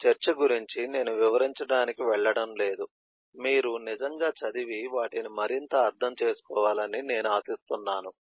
వాటి చర్చ గురించి నేను వివరించడానికి వెళ్ళడం లేదు మీరు నిజంగా చదివి వాటిని మరింత అర్థం చేసుకోవాలని నేను ఆశిస్తున్నాను